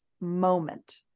moment